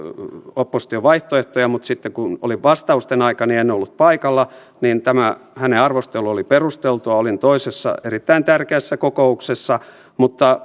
opposition vaihtoehtoja mutta sitten kun oli vastausten aika en ollut paikalla niin tämä hänen arvostelunsa oli perustelua olin toisessa erittäin tärkeässä kokouksessa mutta